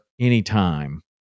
anytime